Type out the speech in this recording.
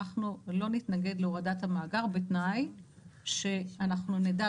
אנחנו לא נתנגד להורדת המאגר בתנאי שאנחנו שנדע